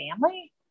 family